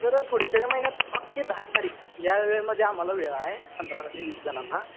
sir पुढच्या महिन्यात पाच ते दहा तारीख या वेळेमध्ये आम्हाला वेळ आहे पंधरा ते वीस जणांना